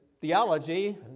theology